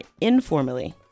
informally